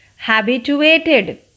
Habituated